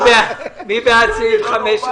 מי בעד סעיף 4,